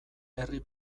herri